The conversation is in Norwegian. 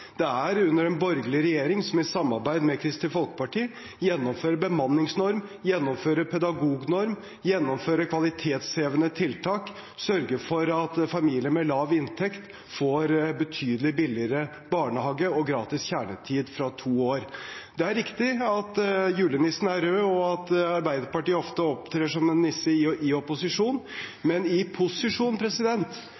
Det er den borgerlige regjeringen som i samarbeid med Kristelig Folkeparti gjennomfører bemanningsnorm, gjennomfører pedagognorm, gjennomfører kvalitetshevende tiltak, sørger for at familier med lav inntekt får betydelig billigere barnehage, og gratis kjernetid for barn fra to år. Det er riktig at julenissen er rød, og at Arbeiderpartiet ofte opptrer som en nisse i opposisjon, men i